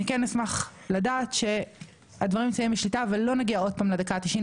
אני כן אשמח לדעת שהדברים נמצאים בשליטה ולא נגיע עוד פעם לדקה ה-90,